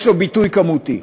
יש לו ביטוי כמותי.